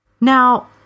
Now